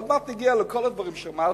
עוד מעט אגיע לכל הדברים שאמרת,